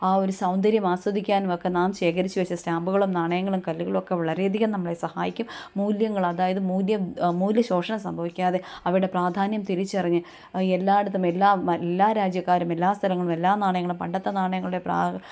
ആ ഒരു സൗന്ദര്യം ആസ്വദിക്കാനും ഒക്കെ നാം ശേഖരിച്ച് വെച്ച സ്റ്റാമ്പുകളും നാണയങ്ങളും കല്ലുകളളൊക്കെ വളരെയധികം നമ്മളെ സഹായിക്കും മൂല്യങ്ങൾ അതായത് മൂല്യം മൂല്യ ശോഷണം സംഭവിക്കാതെ അവടെ പ്രാധാന്യം തിരിച്ചറിഞ്ഞ് എല്ലായിടത്തും എല്ലാ എല്ലാ രാജ്യക്കാരും എല്ലാ സ്ഥലങ്ങളും എല്ലാ നാണയങ്ങളും പണ്ടത്തെ നാണയങ്ങളുടെ